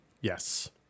Yes